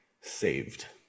saved